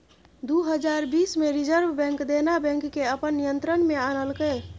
दु हजार बीस मे रिजर्ब बैंक देना बैंक केँ अपन नियंत्रण मे आनलकै